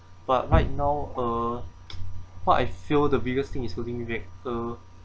but right now uh what I feel the biggest thing is holding me back uh